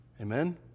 Amen